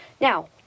Now